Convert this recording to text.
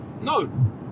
No